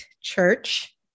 church